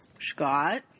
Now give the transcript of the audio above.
Scott